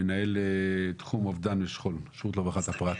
מנהל תחום אובדן ושכול שירות לרווחת הפרט.